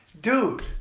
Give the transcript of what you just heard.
dude